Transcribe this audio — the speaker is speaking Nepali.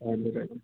हजुर हजुर